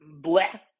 bleh